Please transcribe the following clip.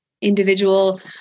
individual